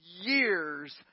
years